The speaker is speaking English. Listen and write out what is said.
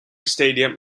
stadium